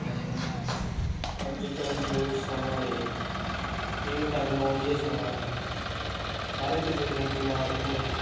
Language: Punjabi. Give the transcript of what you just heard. ਅੱਜ ਕੱਲ੍ਹ ਜੋ ਸਮਾਂ ਹੈ ਇਹ ਟੈਕਨੋਲੋਜੀ ਦਾ ਸਮਾਂ ਹੈ ਹਰ ਕਿਸੇ ਕੋਲ ਸਮਾਰਟਫੋਨ ਹੈ